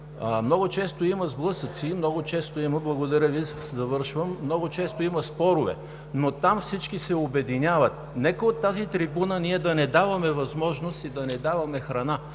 много често има сблъсъци, много често има спорове, но там всички се обединяват. Нека от тази трибуна да не даваме възможност и да не даваме храна